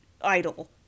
idol